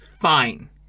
fine